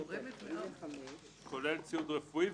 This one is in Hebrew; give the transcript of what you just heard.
הנדרש כולל ציוד רפואי,